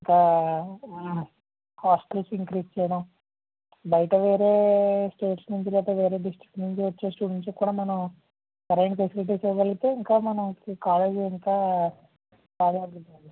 ఇంకా hostels increase చేయడం బయట వేరే స్టేట్స్ నుంచి లేకాపోతే వేరే డిస్ట్రిక్ట్ నుంచి వచ్చే స్టూడెంట్స్కి కూడా మనం సరైన ఫెసిలిటీస్ ఇవ్వకలిగితే ఇంకా మనం కాలేజ్ ఇంకా